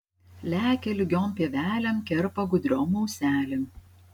lekia lygiom pievelėm kerpa gudriom auselėm